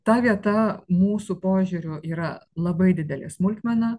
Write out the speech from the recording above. ta vieta mūsų požiūriu yra labai didelė smulkmena